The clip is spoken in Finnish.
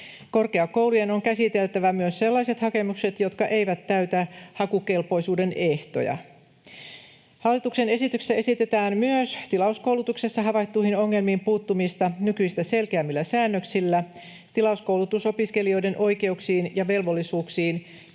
Korkeakoulujen on käsiteltävä myös sellaiset hakemukset, jotka eivät täytä hakukelpoisuuden ehtoja. Hallituksen esityksessä esitetään myös tilauskoulutuksessa havaittuihin ongelmiin puuttumista nykyistä selkeämmillä säännöksillä. Tilauskoulutusopiskelijoiden oikeuksiin ja velvollisuuksiin